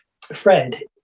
fred